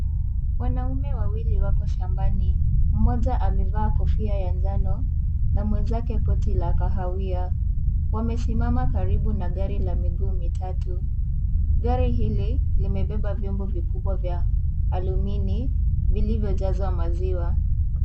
Wanaume wawili wako shambani. Mmoja alivaa kofia ya njano na mwenzake koti la kahawia. Wamesimama karibu na gari lenye miguu mitatu. Gari hili limebeba vyombo vikubwa vya alumini vilivyojazwa maziwa.